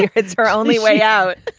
it's our only way out.